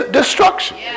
destruction